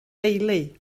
deulu